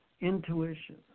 intuition